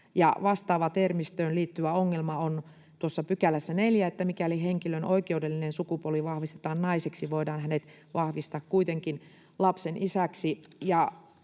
vastaava termistöön liittyvä ongelma on tuossa 4 §:ssä, että mikäli henkilön oikeudellinen sukupuoli vahvistetaan naiseksi, voidaan hänet vahvistaa kuitenkin lapsen isäksi.